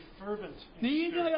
fervent